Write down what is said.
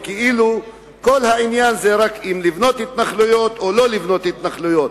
וכאילו כל העניין זה רק אם לבנות התנחלויות או לא לבנות התנחלויות,